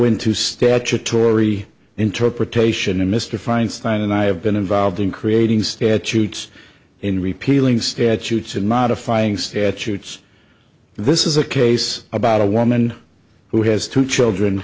into statutory interpretation and mr feinstein and i have been involved in creating statutes in repealing statutes and modifying statutes this is a case about a woman who has two children